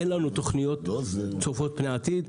אין לנו תכניות צופות פני עתיד,